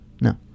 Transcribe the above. No